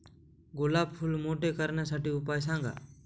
गुलाब फूल मोठे करण्यासाठी उपाय सांगा?